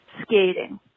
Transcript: skating